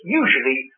usually